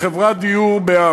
לחברת "דיור ב.פ.